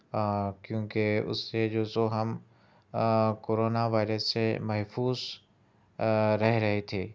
آ کیونکہ اس سے جو سو ہم کرونا وائرس سے محفوظ رہ رہے تھے تھے